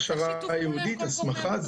הכשרה ייעודית, הסמכה.